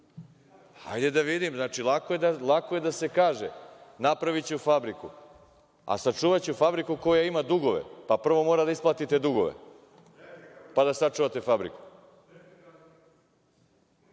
Hajde da vidim, lako je da se kaže – napraviće fabriku, a sačuvaće fabriku koja ima dugove, pa prvo mora da isplati te dugove, pa da sačuvate fabriku.